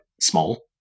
small